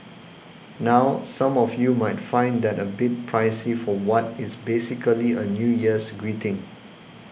now some of you might find that a bit pricey for what is basically a New Year's greeting